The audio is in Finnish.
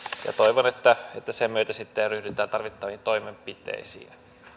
ja toivon että että sen myötä sitten ryhdytään tarvittaviin toimenpiteisiin